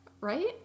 Right